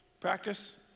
practice